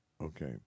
Okay